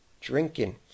drinking